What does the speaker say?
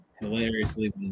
hilariously